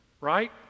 right